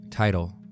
Title